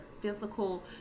physical